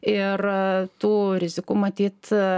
ir tų rizikų matyt